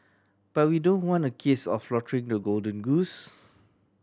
but we don't want a case of slaughtering the golden goose